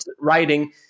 writing